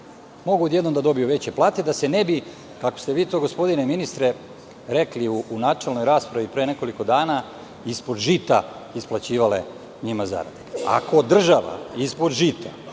mogu odjednom da dobiju da se ne bi, kako ste vi to, gospodine ministre rekli u načelnoj raspravi pre nekoliko dana – ispod žita isplaćivale njima zarade. Ako država ispod žita